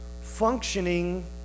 functioning